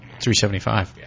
375